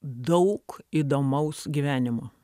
daug įdomaus gyvenimo